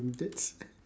um that's